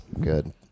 good